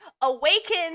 awaken